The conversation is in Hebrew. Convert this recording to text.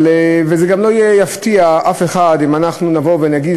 וזה גם לא יפתיע אף אחד אם אנחנו נבוא ונגיד,